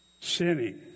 sinning